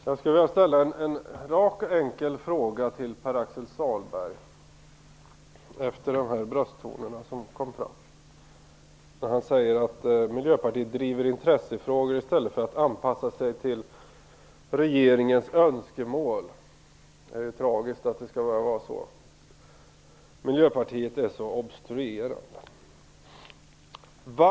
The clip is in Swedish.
Fru talman! Jag skulle vilja ställa en rak och enkel fråga till Pär-Axel Sahlberg efter de brösttoner som kom fram när han sade att Miljöpartiet driver intressefrågor i stället för att anpassa sig till regeringens önskemål. Det är tragiskt att Miljöpartiet skall behöva vara så obstruerande, lät det.